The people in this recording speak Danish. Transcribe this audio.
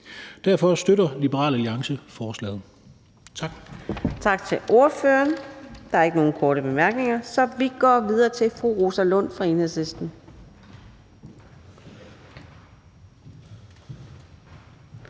Derfor støtter Liberal Alliance forslaget. Tak.